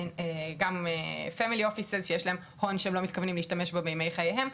גם משרד משפחתי שיש להם הון שהם לא מתכוונים להשתמש בו בימי חייהם.